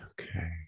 Okay